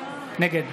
נגד